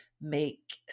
make